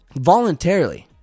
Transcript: voluntarily